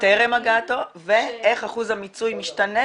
טרם הגעתו ואיך אחוז המיצוי משתנה